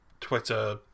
Twitter